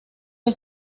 que